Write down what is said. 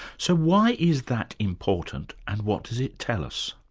so why is that important and what does it tell us?